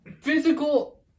physical